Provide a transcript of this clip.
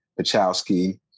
Pachowski